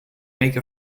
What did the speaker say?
make